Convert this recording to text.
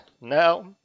now